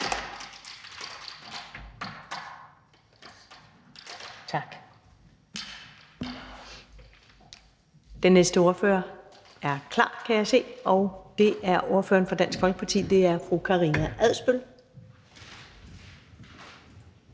at den næste ordfører er klar, og det er ordføreren for Dansk Folkeparti, fru Karina Adsbøl.